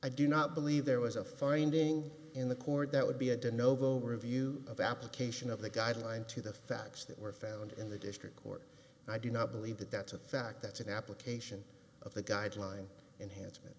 i do not believe there was a finding in the cord that would be a review of application of the guideline to the facts that were found in the district court i do not believe that that's a fact that's an application of the guideline enhancement